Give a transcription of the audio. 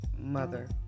mother